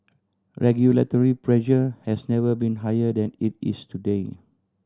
regulatory pressure has never been higher than it is today